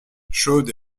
chaude